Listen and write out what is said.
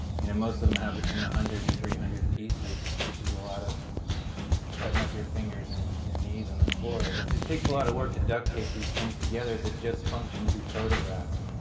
and most of them have between one hundred and three hundred pieces which is a lot of cutting up your fingers and your knees on the floor. it takes a lot of work to duct-tape these things together that just function to be photographed.